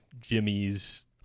Jimmy's